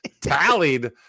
tallied